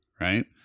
right